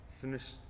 Finish